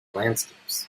landscapes